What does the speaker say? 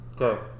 Okay